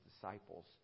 disciples